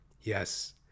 Yes